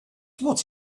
what